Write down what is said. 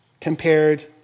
compared